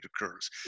occurs